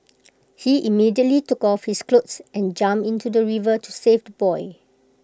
he immediately took off his clothes and jumped into the river to save the boy